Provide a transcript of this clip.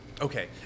Okay